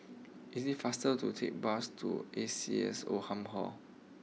it is faster to take bus to A C S Oldham Hall